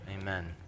amen